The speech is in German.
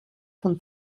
von